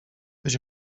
być